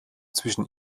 zwischen